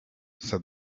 said